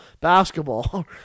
basketball